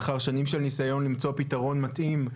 לאחר שנים של ניסיון למצוא פתרון מתאים,